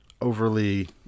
overly